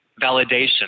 validation